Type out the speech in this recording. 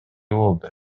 болду